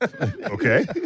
Okay